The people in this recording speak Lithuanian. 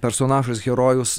personažas herojus